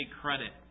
credit